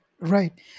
Right